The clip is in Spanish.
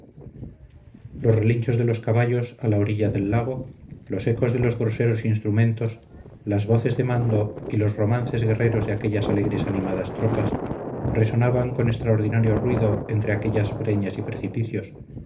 los relinchos de los caballos a la orilla del lago los ecos de los groseros instrumentos las voces de mando y los romances guerreros de aquellas alegres animadas tropas resonaban con extraordinario ruido entre aquellas breñas y precipicios